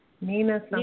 Nina